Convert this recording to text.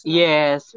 yes